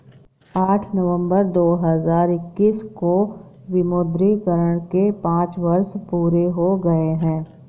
आठ नवंबर दो हजार इक्कीस को विमुद्रीकरण के पांच वर्ष पूरे हो गए हैं